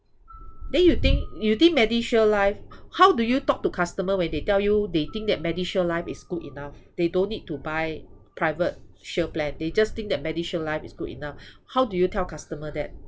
then you think you think medishield life how do you talk to customer when they tell you they think that medishield life is good enough they don't need to buy private shield plan they just think that medishield life is good enough how do you tell customer that